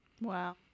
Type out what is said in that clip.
Wow